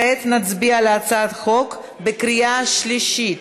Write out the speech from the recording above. כעת נצביע על הצעת החוק בקריאה שלישית.